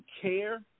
care